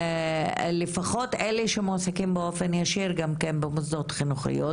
לפחות אלה שמועסקים באופן ישיר במוסדות החינוכיים.